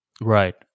Right